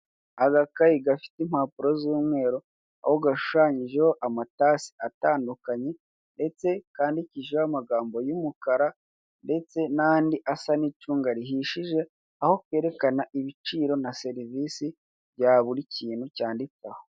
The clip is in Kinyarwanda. Agakayi gafite impapuro z'umweru aho gashushanyijeho amatasi atandukanye ndetse kandikishijeho amagambo y'umukara ndetse nandi asa n'icunga rihishije, Aho kerekana ibiciro na serivise bya buri kintu cyanditse aho.